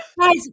guys